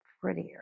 prettier